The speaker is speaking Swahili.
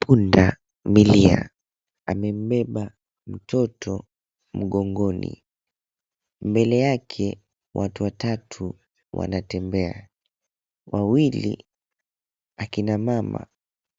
Punda milia amemubeba mtoto mgongoni, mbele yake watu watatu wanatembea, wawili akina mama